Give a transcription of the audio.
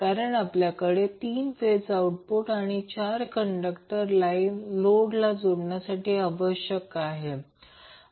कारण आपल्याकडे 3 phase output आणि 4 कंडक्टर लाईन लोड जोडण्यासाठी आवश्यक आहेत